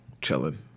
chilling